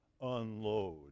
unload